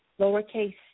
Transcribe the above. lowercase